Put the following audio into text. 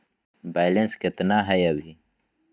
Balance केतना हय अभी?